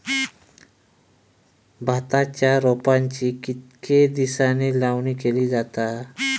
भाताच्या रोपांची कितके दिसांनी लावणी केली जाता?